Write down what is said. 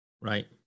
right